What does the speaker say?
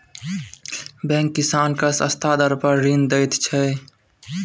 bank किसान केँ सस्ता दर पर ऋण दैत छै